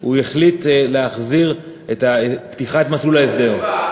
הוא החליט להחזיר את מסלול ההסדר.